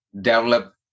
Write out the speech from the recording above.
develop